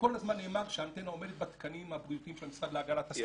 וכל הזמן נאמר שהאנטנה עומדת בתקנים הבריאותיים של המשרד להגנת הסביבה.